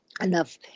enough